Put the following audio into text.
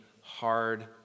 hard